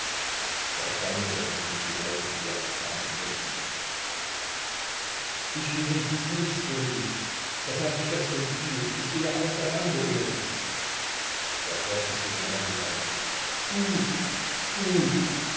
er stammelte und die heiße gier kam über ihn ich bin nichts nichts ohne dich das habe ich gestern gefühlt ich gehe auseinander ohne dich er preßte sie immer heftiger an sich du du